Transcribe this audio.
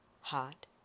hot